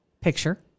picture